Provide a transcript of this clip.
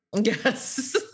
yes